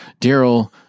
Daryl